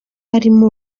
harimo